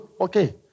okay